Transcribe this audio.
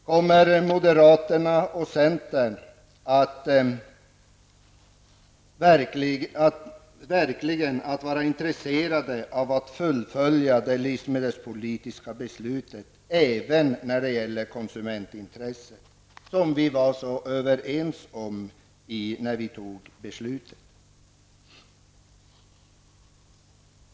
Kommer moderaterna och centern verkligen att vara intresserade av att fullfölja det livsmedelspolitiska beslutet även när det gäller konsumentintresset, som vi var överens om när vi fattade beslutet förra året?